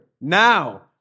now